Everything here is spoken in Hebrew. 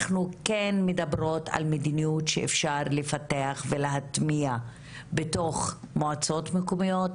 אנחנו כן מדברות על מדיניות שאפשר לפתח ולהטמיע בתוך מועצות מקומיות,